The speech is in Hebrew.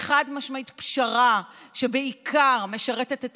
היא חד-משמעית פשרה שבעיקר משרתת את